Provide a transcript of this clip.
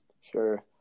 Sure